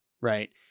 right